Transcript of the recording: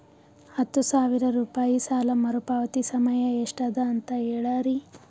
ಹತ್ತು ಸಾವಿರ ರೂಪಾಯಿ ಸಾಲ ಮರುಪಾವತಿ ಸಮಯ ಎಷ್ಟ ಅದ ಅಂತ ಹೇಳರಿ?